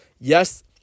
Yes